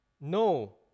no